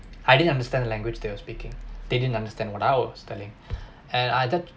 I didn't understand the language they were speaking they didn't understand what I was telling and uh that